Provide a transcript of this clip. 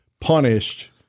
punished